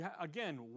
again